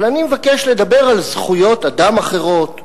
אבל אני מבקש לדבר על זכויות אדם אחרות,